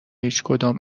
هیچکدام